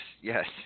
yes